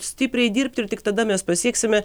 stipriai dirbti ir tik tada mes pasieksime